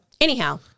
anyhow